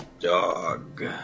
dog